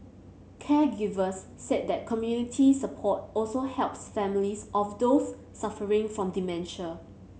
caregivers said that community support also helps families of those suffering from dementia